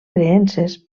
creences